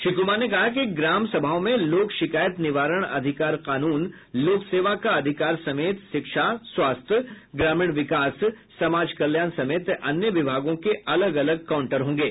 श्री कुमार ने कहा कि ग्राम सभाओं में लोक शिकायत निवारण अधिकार कानून लोक सेवा का अधिकार समेत शिक्षा स्वास्थ्य ग्रामीण विकास समाज कल्याण समेत अन्य विभागों के अलग अलग काउंटर होंगे